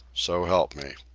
so help me.